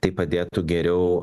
tai padėtų geriau